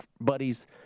buddies